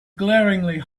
glaringly